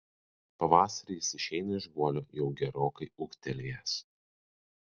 pavasarį jis išeina iš guolio jau gerokai ūgtelėjęs